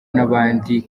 n’abandi